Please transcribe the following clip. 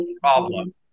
problem